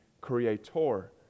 creator